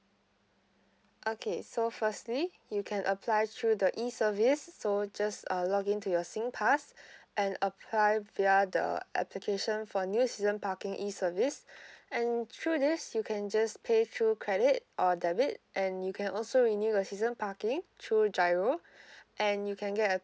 okay so firstly you can apply through the e service so just uh login to your singpass and apply via the application for new season parking e service and through this you can just pay through credit or debit and you can also renew the season parking through G_I_R_O and you can get a